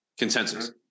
Consensus